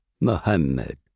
Muhammad